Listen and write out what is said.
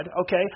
okay